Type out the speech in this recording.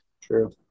True